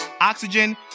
Oxygen